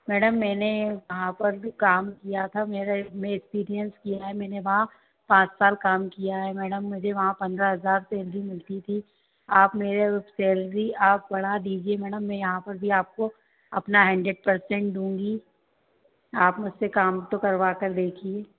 madam मैंने वहां पर भी काम किया था मेरा इसमें एक्सपीरियंस किया है मैं वहां पाँच साल काम किया है मैडम मुझे वहां पंद्रह हजार से एक दिन मिलती थी आप मेरे सैलरी आप बढ़ा दीजिए मैडम मैं यहां पर भी आपको अपना हैंडेड परसेंट दूंगी आप मुझसे काम तो करवा कर देखिए